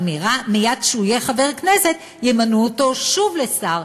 אבל מייד כשהוא יהיה חבר כנסת ימנו אותו שוב לשר.